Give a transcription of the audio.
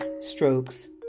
strokes